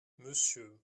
monsieur